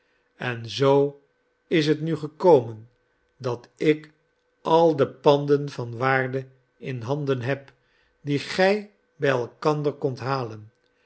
en zoo is het nu gekomen dat ik al de panden van waarde in handen heb die gij bij elkander kondt halen